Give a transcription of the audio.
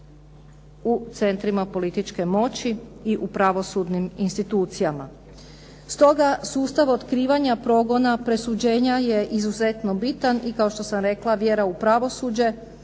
u centrima političke moći i u pravosudnim institucijama. Stoga sustav otkrivanja progona, presuđenja je izuzetno bitan i kao što sam rekla vjera u pravosuđe